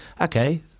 okay